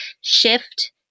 shift